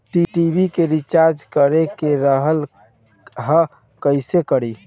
TV recharge करे के रहल ह कइसे करी?